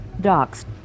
Docks